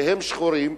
שהם שחורים,